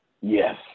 Yes